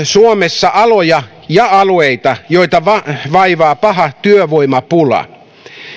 suomessa aloja ja alueita joita vaivaa paha työvoimapula